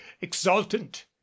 exultant